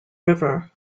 river